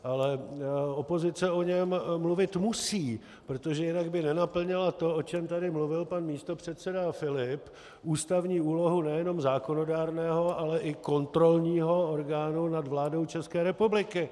Ale opozice o něm mluvit musí, protože jinak by nenaplnila to, o čem tady mluvil pan místopředseda Filip ústavní úlohu nejenom zákonodárného, ale i kontrolního orgánu nad vládou České republiky.